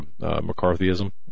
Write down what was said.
McCarthyism